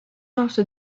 after